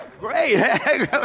Great